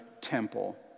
temple